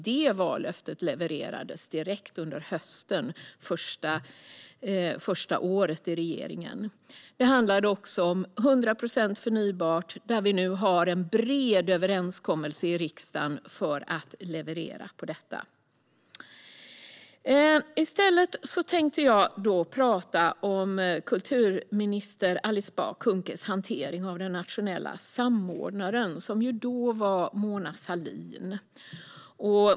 Det vallöftet levererades direkt under hösten första året i regeringen. Det handlade också om 100 procent förnybart. Där har vi nu en bred överenskommelse i riksdagen för att leverera på detta. Jag tänkte i stället tala om kulturminister Alice Bah Kuhnkes hantering av den nationella samordnaren, som då var Mona Sahlin.